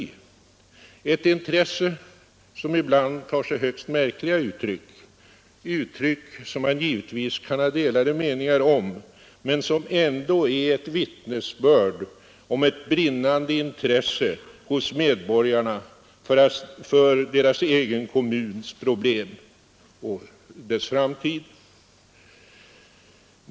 Det är ett intresse som ibland tar sig högst märkliga uttryck — uttryck som man givetvis kan ha delade meningar om men som ändå är ett vittnesbörd om ett brinnande intresse hos medborgarna för deras egen kommuns problem och dess framtid.